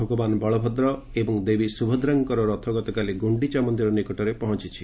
ଭଗବାନ ବଳଭଦ୍ରଏବଂ ଦେବୀ ସୁଭଦ୍ରାଙ୍କର ରଥ ଗତକାଲି ଗୁଣ୍ଡିଚା ମନ୍ଦିର ନିକଟରେ ପହଞ୍ଚୁଛି